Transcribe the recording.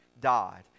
died